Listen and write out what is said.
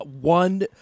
one